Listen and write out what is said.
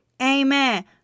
Amen